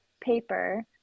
paper